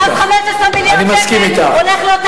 ואז 15 מיליארד שקל הולכים לאותם מסכנים.